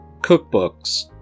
cookbooks